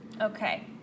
Okay